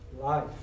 life